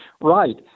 Right